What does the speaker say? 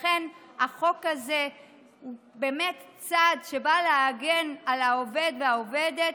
לכן החוק הזה הוא צעד שבא להגן על העובד והעובדת